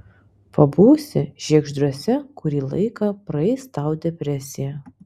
pabūsi žiegždriuose kurį laiką praeis tau depresija